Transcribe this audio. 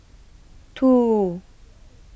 two